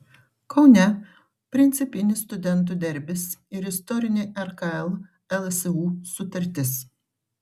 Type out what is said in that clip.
kaune principinis studentų derbis ir istorinė rkl lsu sutartis